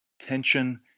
Tension